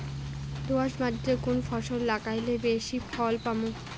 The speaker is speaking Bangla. দোয়াস মাটিতে কুন ফসল লাগাইলে বেশি লাভ পামু?